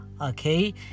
okay